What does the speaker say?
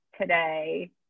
today